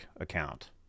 account